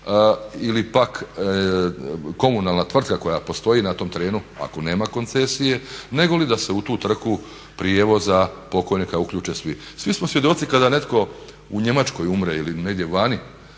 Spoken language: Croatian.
ili pak komunalna tvrtka koja postoji na tom terenu ako nema koncesije nego li da se u tu tvrtku prijevoza pokojnika uključe svi. Svi smo svjedoci kada netko u Njemačkoj umre ili negdje vani